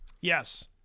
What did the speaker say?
yes